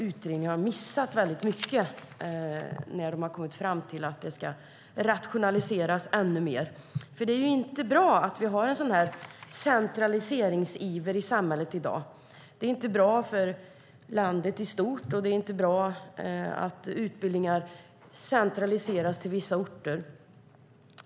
Utredningen har missat väldigt mycket när de har kommit fram till att det ska rationaliseras ännu mer. Det är inte bra att vi har en sådan centraliseringsiver i samhället i dag. Det är inte bra för landet i stort, och det är inte bra att utbildningar centraliseras till vissa orter.